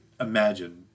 imagine